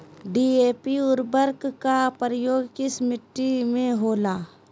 DAP उर्वरक का प्रयोग किस मिट्टी में होला?